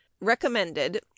recommended